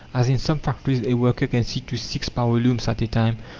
as in some factories a worker can see to six power-looms at a time,